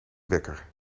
wekker